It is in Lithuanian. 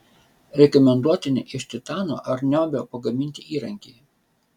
rekomenduotini iš titano ar niobio pagaminti įrankiai